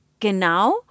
Genau